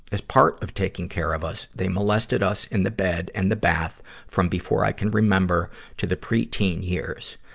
as part of taking care of us, they molested us in the bed and the bath from before i can remember to the pre-teen years.